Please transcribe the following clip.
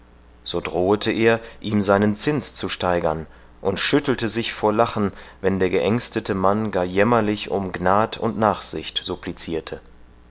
so drohete er ihm seinen zins zu steigern und schüttelte sich vor lachen wenn der geängstete mann gar jämmerlich um gnad und nachsicht supplicirte